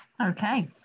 Okay